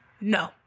No